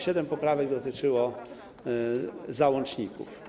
Siedem poprawek dotyczyło załączników.